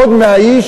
עוד 100 איש,